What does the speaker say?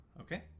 Okay